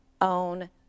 own